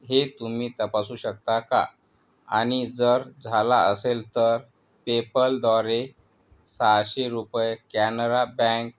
हे तुम्ही तपासू शकता का आणि जर झाला असेल तर पेपलद्वारे सहाशे रुपये कॅनरा बँक